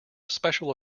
special